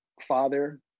father